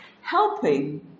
helping